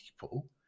people